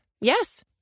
Yes